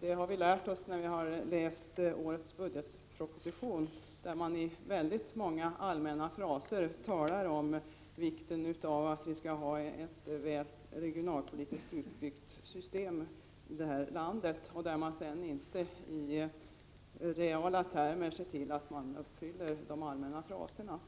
Det har vi lärt oss när vi har läst årets budgetproposition, där regeringen i väldigt många allmänna fraser talar om vikten av att vi har ett regionalpolitiskt väl utbyggt system i det här landet och där regeringen sedan inte i reala termer ser till att uppfylla de allmänna fraserna.